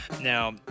Now